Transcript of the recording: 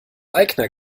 aigner